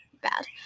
bad